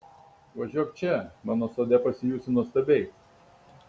važiuok čia mano sode pasijusi nuostabiai